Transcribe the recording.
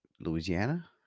Louisiana